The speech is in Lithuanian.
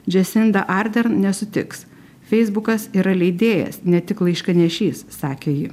džesinda ardern nesutiks feisbukas yra leidėjas ne tik laiškanešys sakė ji